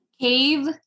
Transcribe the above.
Cave